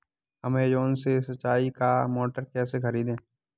Amazon से सिंचाई का मोटर कैसे खरीदें?